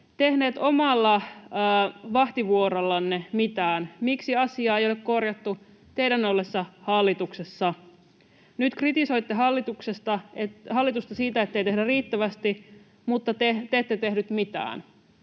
tehneet omalla vahtivuorollanne mitään? Miksi asiaa ei ole korjattu teidän ollessanne hallituksessa? Nyt kritisoitte hallitusta siitä, ettei tehdä riittävästi, mutta te ette tehneet mitään.